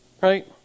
Right